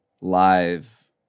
live